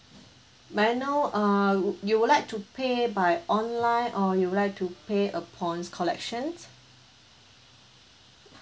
may I know err wou~ you would like to pay by online or you would like to pay upon collections